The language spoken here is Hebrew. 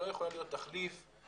לא יכולה להיות תחליף